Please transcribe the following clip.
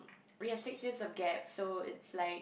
we have six years of gap so it's like